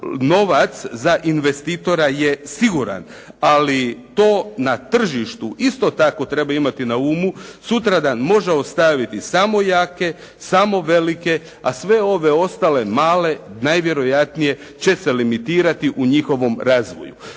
novac za investitora je siguran, ali to na tržištu isto tako treba imati na umu, sutradan može ostaviti samo jake, samo velike, a sve ostale male najvjerojatnije će se limitirati u njihovom razvoju.